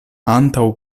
antaŭ